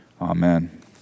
Amen